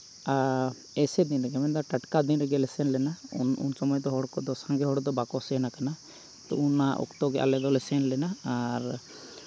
ᱟᱨ ᱮᱥᱮ ᱫᱤᱱ ᱨᱮᱜᱮ ᱢᱮᱱᱫᱚ ᱴᱟᱴᱠᱟ ᱫᱤᱱ ᱨᱮᱜᱮᱞᱮ ᱥᱮᱱ ᱞᱮᱱᱟ ᱩᱱ ᱥᱚᱢᱚᱭ ᱫᱚ ᱦᱚᱲ ᱠᱚᱫᱚ ᱥᱟᱸᱜᱮ ᱦᱚᱲᱫᱚ ᱵᱟᱠᱚ ᱥᱮᱱ ᱠᱟᱱᱟ ᱚᱱᱟ ᱚᱠᱛᱚ ᱜᱮ ᱟᱞᱮ ᱫᱚᱞᱮ ᱥᱮᱱ ᱞᱮᱱᱟ ᱟᱨ